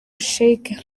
sheikh